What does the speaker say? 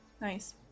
Nice